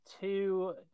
two